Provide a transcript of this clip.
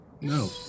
No